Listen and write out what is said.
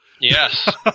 Yes